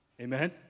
Amen